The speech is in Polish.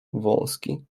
wąski